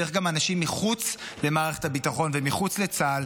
צריך גם אנשים מחוץ למערכת הביטחון ומחוץ לצה"ל,